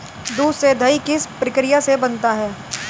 दूध से दही किस प्रक्रिया से बनता है?